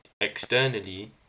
externally